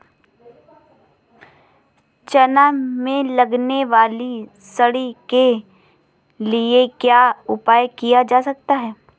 चना में लगने वाली सुंडी के लिए क्या उपाय किया जा सकता है?